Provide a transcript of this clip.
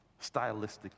Stylistically